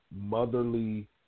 motherly